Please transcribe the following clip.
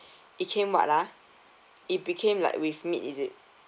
it came what ah it became like with meat is it